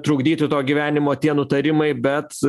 trukdyti to gyvenimo tie nutarimai bet